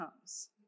comes